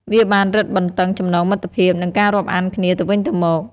វាបានរឹតបន្តឹងចំណងមិត្តភាព និងការរាប់អានគ្នាទៅវិញទៅមក។